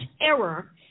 error